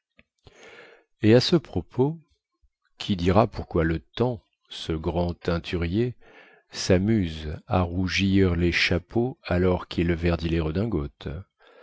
et à ce propos qui dira pourquoi le temps ce grand teinturier samuse à rougir les chapeaux alors quil verdit les redingotes